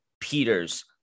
Peters